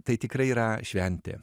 tai tikrai yra šventė